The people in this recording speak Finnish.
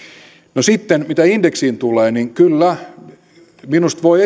no sitten mitä indeksiin tulee kyllä minusta voi